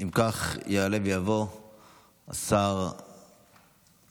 אם כך, יעלה ויבוא שר העבודה,